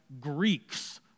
Greeks